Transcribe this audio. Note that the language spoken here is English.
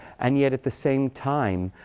and yet, at the same time,